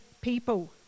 people